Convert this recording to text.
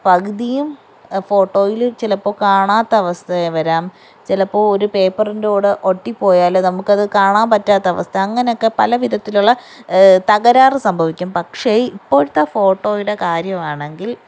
പകുതിയും ഫോട്ടോയില് ചിലപ്പോൾ കാണാതെ അവസ്ഥയും വരാം ചിലപ്പോൾ ഒര് പേപ്പറിലെ കൂടെ ഒട്ടി പോയാല് നമുക്കത് കാണാൻ പറ്റാത്ത അവസ്ഥ അങ്ങനെ ഒക്കെ പല വിധത്തിലുള്ള തകരാറ് സംഭവിക്കും പക്ഷെ ഇപ്പോഴത്തെ ഫോട്ടോയുടെ കാര്യം ആണെങ്കിൽ